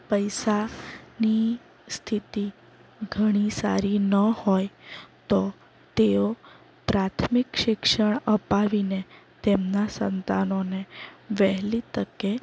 પૈસા ની સ્થિતિ ઘણી સારી ન હોય તો તેઓ પ્રાથમિક શિક્ષણ અપાવીને તેમનાં સંતાનોને વહેલી તકે